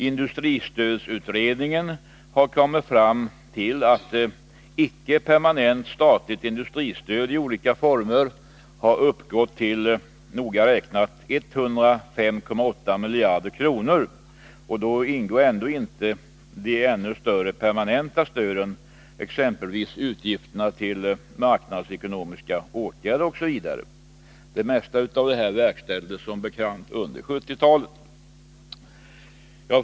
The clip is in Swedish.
Industristödsutredningen har kommit fram till att icke permanent statligt industristöd i olika former har uppgått till noga räknat 105,8 miljarder kronor. Då ingår ändå inte de ännu större permanenta stöden, exempelvis utgifterna för marknadsekonomiska åtgärder. Det mesta av detta verkställdes som bekant under 1970-talet.